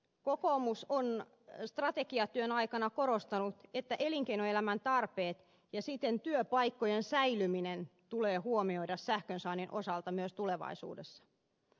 kokoomus on strategiatyön ajan korostanut että elinkeinoelämän tarpeet ja siten työpaikkojen säilyminen tulee huomioida sähkönsaannin osalta myös tulevaisuudessa